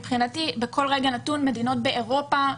בכל רגע נתון מדינות באירופה,